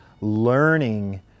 learning